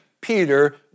Peter